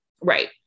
right